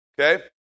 Okay